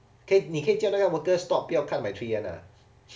可以你可以叫那个 workers stop 不要 cut the tree [one] ah